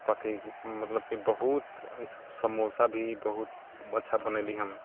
कथी मतलब कि बहुत ई सब समोसा भी बहुत अच्छा बनेली हम